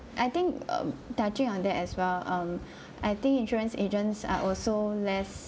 I think um touching on that as well um I think insurance agents are also less